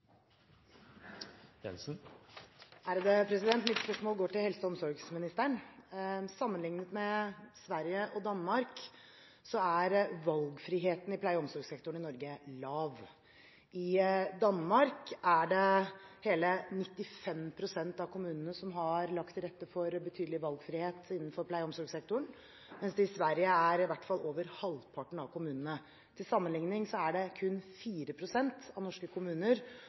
Mitt spørsmål går til helse- og omsorgsministeren. Sammenlignet med Sverige og Danmark er valgfriheten i pleie- og omsorgssektoren i Norge lav. I Danmark er det hele 95 pst. av kommunene som har lagt til rette for betydelig valgfrihet innenfor pleie- og omsorgssektoren, mens det i Sverige er i hvert fall over halvparten av kommunene. Til sammenligning er det kun 4 pst. av norske kommuner